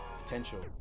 potential